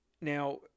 Now